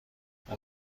اون